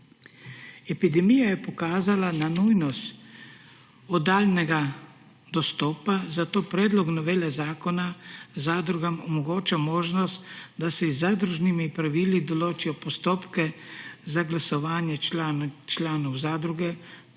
Epidemija je pokazala na nujnost oddaljenega dostopa, zato predlog novele zakona zadrugam omogoča, da z zadružnimi pravili določijo postopke za glasovanje članov zadruge